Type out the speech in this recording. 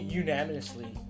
unanimously